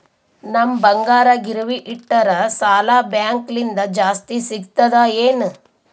ನಮ್ ಬಂಗಾರ ಗಿರವಿ ಇಟ್ಟರ ಸಾಲ ಬ್ಯಾಂಕ ಲಿಂದ ಜಾಸ್ತಿ ಸಿಗ್ತದಾ ಏನ್?